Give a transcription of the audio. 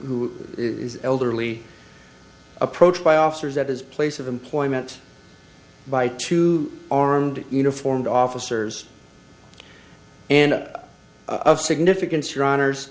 who is elderly approached by officers at his place of employment by two armed uniformed officers and of significance